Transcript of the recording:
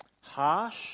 Harsh